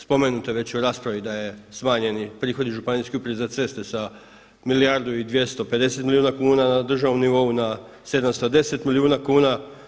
Spomenuto je već u raspravi da je smanjeni prihodi Županijske uprave za ceste sa milijardu i 250 milijuna kuna na državnom nivou na 710 milijuna kuna.